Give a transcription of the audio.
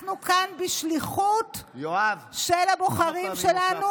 אנחנו כאן בשליחות של הבוחרים שלנו,